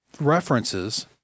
references